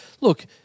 look